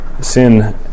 sin